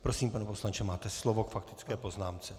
Prosím, pane poslanče, máte slovo k faktické poznámce.